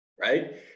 right